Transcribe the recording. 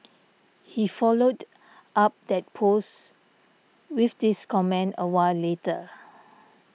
he followed up that post with this comment a while later